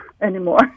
anymore